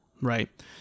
right